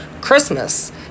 Christmas